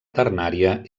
ternària